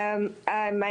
שלום.